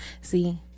See